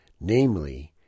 namely